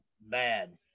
bad